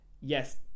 yes